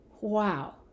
Wow